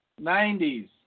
90s